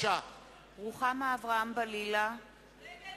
(קוראת בשמות חברי הכנסת) רוחמה אברהם-בלילא, נגד